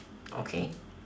okay